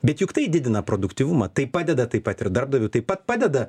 bet juk tai didina produktyvumą tai padeda taip pat ir darbdaviui taip pat padeda